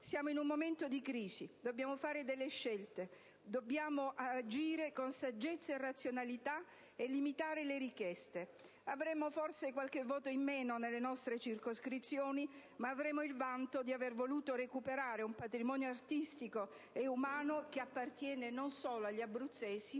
Siamo in un momento di crisi: dobbiamo fare delle scelte, dobbiamo agire con saggezza e razionalità e limitare le richieste. Avremo forse qualche voto in meno nelle nostre circoscrizioni, ma avremo il vanto di aver voluto recuperare un patrimonio artistico e umano che appartiene non solo agli abruzzesi